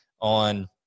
on